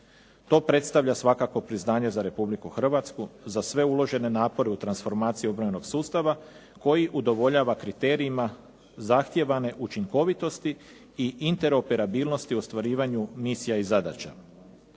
To predstavlja svakako priznanje za Republiku Hrvatsku, za sve uložene napore u transformaciji obrambenog sustava koji udovoljava kriterijima zahtijevane učinkovitosti i interoperabilnosti u ostvarivanju misija i zadaća.